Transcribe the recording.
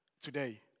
today